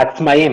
העצמאיים.